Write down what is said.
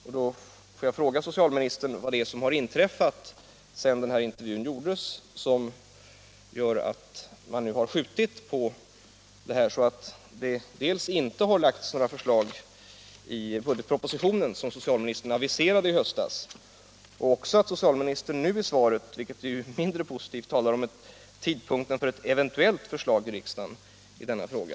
Jag vill nu fråga socialministern vad som har inträffat efter intervjun och som gör att man dels skjutit upp denna presentation, dels nu i svaret —- vilket ju är mindre positivt — talar om tidpunkten för ett eventuellt förslag i riksdagen i denna fråga.